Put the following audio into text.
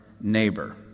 neighbor